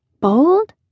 Bold